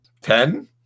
ten